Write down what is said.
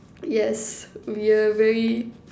yes we are very